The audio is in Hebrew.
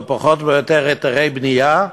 היתרי בנייה,